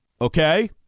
Okay